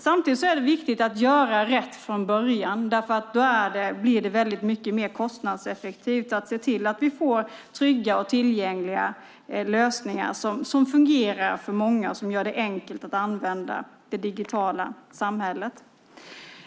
Samtidigt är det viktigt att göra rätt från början för då blir det mycket mer kostnadseffektivt. Det gäller att se till att vi får trygga och tillgängliga lösningar som fungerar för många och gör dem enkla att använda i det digitala samhället.